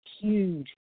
huge